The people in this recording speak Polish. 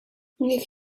niech